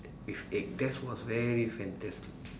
with egg that's was very fantastic